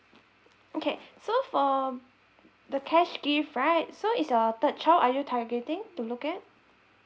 okay so for the cash gift right so it's your third child are you targeting to look at